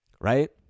right